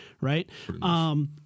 right